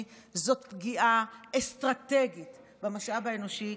הוא פגיעה אסטרטגית במשאב האנושי,